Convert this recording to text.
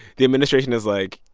the administration is like,